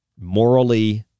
morally